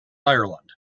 ireland